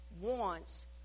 wants